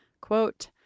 quote